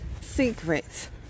secrets